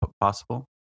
possible